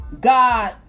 God